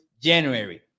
January